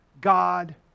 God